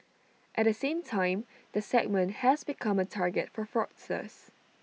at the same time the segment has become A target for fraudsters